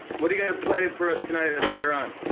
what you gonna play for us tonight, and later on?